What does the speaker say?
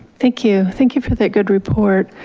thank you, thank you for that good report.